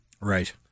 Right